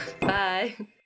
Bye